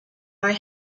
are